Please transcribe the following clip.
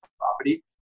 property